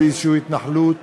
איזו התנחלות,